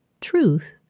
truth